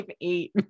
eight